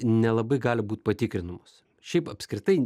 nelabai gali būt patikrinamos šiaip apskritai